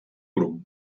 grup